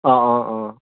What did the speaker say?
অঁ অঁ অঁ